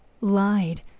Lied